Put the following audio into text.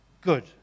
good